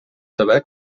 saber